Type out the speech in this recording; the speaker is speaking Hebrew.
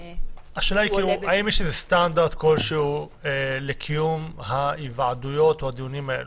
השאלה אם יש סטנדרט כלשהו לקיום ההיוועדויות או הדיונים האלו?